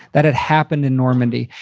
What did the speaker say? that had happened in normandy.